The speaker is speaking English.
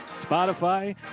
Spotify